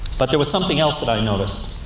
but there was something else that i've noticed